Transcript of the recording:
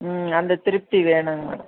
ம் அந்த திருப்தி வேணுங்க மேடம்